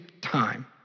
time